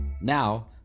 Now